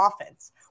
offense